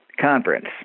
conference